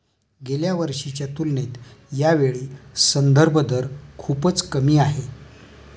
गेल्या वर्षीच्या तुलनेत यावेळी संदर्भ दर खूपच कमी आहे